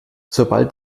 sobald